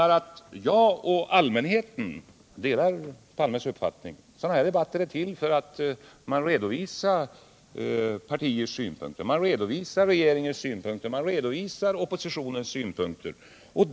Jag delar herr Palmes uppfattning att sådana här debatter är till för att vi skall redovisa partiernas, regeringens och oppositionens synpunkter.